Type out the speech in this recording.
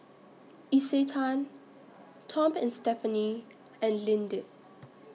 Isetan Tom and Stephanie and Lindt